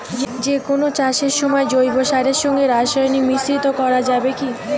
যে কোন চাষের সময় জৈব সারের সঙ্গে রাসায়নিক মিশ্রিত করা যাবে কি?